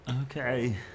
Okay